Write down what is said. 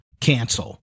cancel